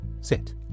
sit